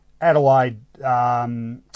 Adelaide